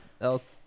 else